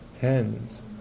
hands